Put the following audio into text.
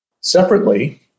Separately